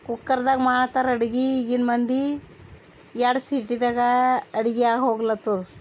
ಕುಕ್ಕರ್ದಾಗ ಮಾಡ್ತರ ಅಡ್ಗೆ ಈಗಿನ ಮಂದಿ ಎರಡು ಸಿಟಿದಾಗ ಅಡ್ಗೆ ಆಗೋಗ್ಲತ್ತದ